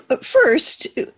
first